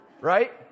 Right